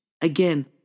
Again